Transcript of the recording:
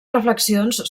reflexions